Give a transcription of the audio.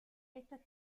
estas